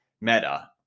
Meta